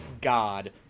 God